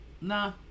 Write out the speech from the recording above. nah